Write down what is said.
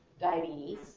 diabetes